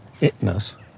itness